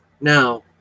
Now